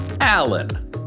Alan